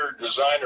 designer